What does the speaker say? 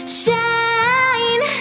shine